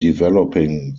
developing